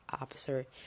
Officer